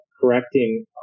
correcting